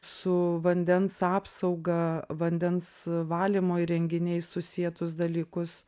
su vandens apsauga vandens valymo įrenginiais susietus dalykus